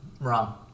Wrong